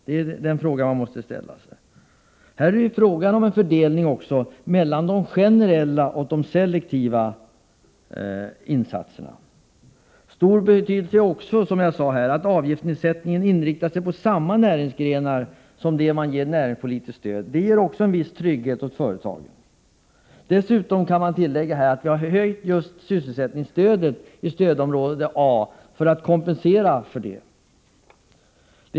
Det är alltså fråga om en fördelning mellan de generella och de selektiva insatserna. Det är av stor betydelse, som jag sade, att nedsättningen av socialavgifterna inriktas mot samma näringsgrenar som det regionalpolitiska stödet, vilket också ger en viss trygghet åt företagen. Jag kan tillägga att vi har höjt sysselsättningsstödet i stödområde A som kompensation.